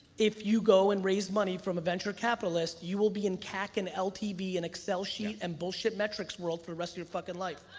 if you go and raise money from a venture capitalist, you will be in cac and ltv and excel sheet and bullshit metrics world for the rest of your fucking life.